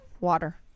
water